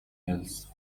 else